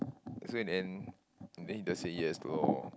so in the end in the end he just say yes loh